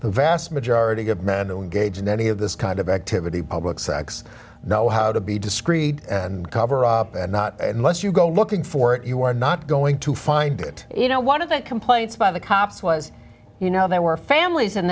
the vast majority of men who engage in any of this kind of activity public sex know how to be discreet and cover up and not unless you go looking for it you are not going to find it you know one of the complaints by the cops was you know there were families in